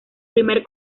primer